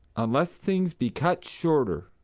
unless things be cut shorter.